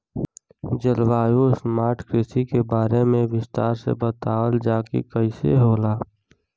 जलवायु स्मार्ट कृषि के बारे में विस्तार से बतावल जाकि कइसे होला?